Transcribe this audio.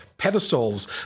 pedestals